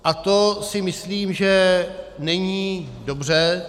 A to si myslím, že není dobře.